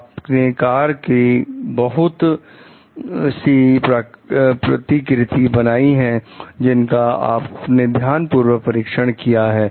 आपने कार की बहुत सी प्रतिकृति बनाई हैं जिनका आपने ध्यान पूर्वक परीक्षण किया है